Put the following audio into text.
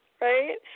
right